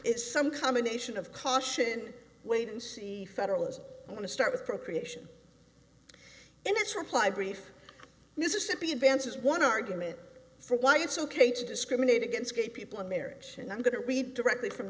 it some combination of caution wait and see federalism want to start with procreation and its reply brief mississippi advances one argument for why it's ok to discriminate against gay people in marriage and i'm going to read directly from